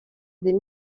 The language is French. des